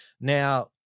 Now